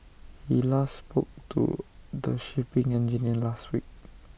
he last spoke to the shipping engineer last week